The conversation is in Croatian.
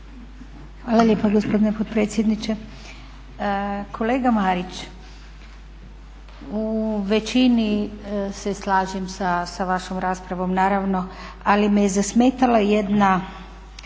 Hvala lijepa gospodine potpredsjedniče. Kolega Marić, u većini se slažem sa vašom raspravom naravno, ali me je zasmetala jedna